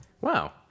Wow